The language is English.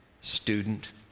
student